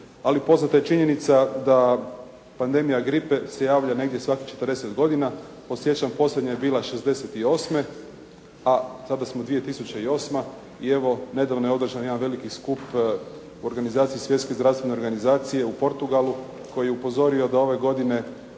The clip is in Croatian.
ali poznata je činjenica da pandemija gripe se javlja negdje svakih 40 godina. Podsjećam posljednja je bila '68., a sada smo 2008. i evo nedavno je održan jedan veliki skup Svjetske zdravstvene organizacije u Portugalu koji je upozorio da ove godine